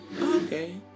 Okay